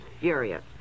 furious